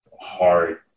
hard